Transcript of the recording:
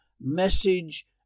message